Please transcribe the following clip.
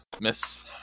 Miss